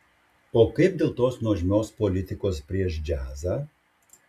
o kaip dėl tos nuožmios politikos prieš džiazą